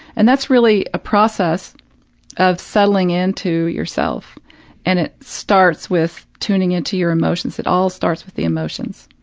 and that's really a process of settling into yourself and it starts with tuning into your emotions. it all starts with the emotions.